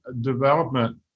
development